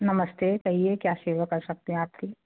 नमस्ते कहिए क्या सेवा कर सकती हैं आपकी